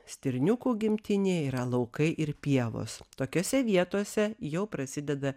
stirniukų gimtinė yra laukai ir pievos tokiose vietose jau prasideda